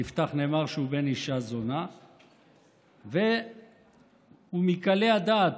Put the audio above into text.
על יפתח נאמר שהוא בן אישה זונה והוא מקלי הדעת,